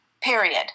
Period